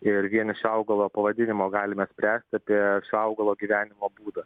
ir vien iš augalo pavadinimo galime spręst apie šio augalo gyvenimo būdą